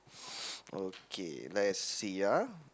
okay let's see ah